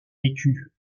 écu